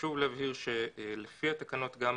וחשוב להבהיר שלפי התקנות גם,